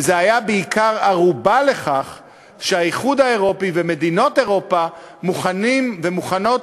וזה היה בעיקר ערובה לכך שהאיחוד האירופי ומדינות אירופה מוכן ומוכנות